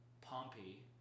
Pompey